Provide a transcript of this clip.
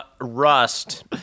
Rust